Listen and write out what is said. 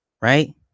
right